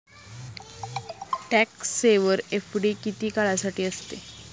Tax saver FD किती काळासाठी असते?